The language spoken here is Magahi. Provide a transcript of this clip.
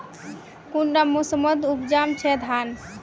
कुंडा मोसमोत उपजाम छै धान?